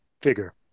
figure